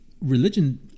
religion